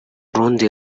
rundi